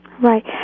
right